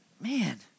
man